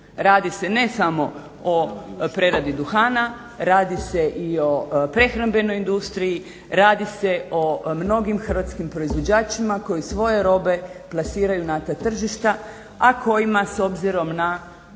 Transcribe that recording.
Radi se ne samo o preradi duhana, radi se i o prehrambenoj industriji, radi se o mnogim hrvatskim proizvođačima koji svoje robe plasiraju na ta tržišta, a kojima s obzirom na